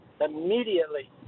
immediately